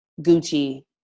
Gucci